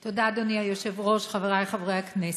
תודה, אדוני היושב-ראש, חברי חברי הכנסת,